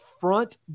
front